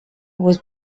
was